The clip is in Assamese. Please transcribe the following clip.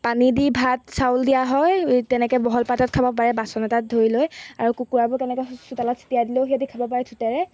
পানী দি ভাত চাউল দিয়া হয় তেনেকৈ বহল পাত্ৰত খাব পাৰে বাচন এটাত ধৰি লৈ আৰু কুকুৰাবোৰ কেনেকে চোতালত চটিয়াই দিলেও সিহঁতে খাব পাৰে ঠোঁটেৰে